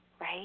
right